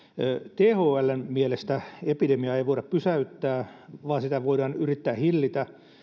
thln mielestä epidemiaa ei voida pysäyttää vaan sitä voidaan yrittää hillitä